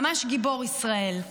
ממש גיבור ישראל.